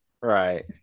Right